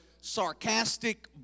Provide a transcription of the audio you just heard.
sarcastic